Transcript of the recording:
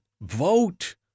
vote